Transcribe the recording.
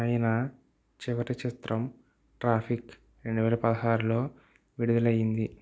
ఆయన చివరి చిత్రం ట్రాఫిక్ రెండువేల పదహారులో విడుదలైంది